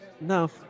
No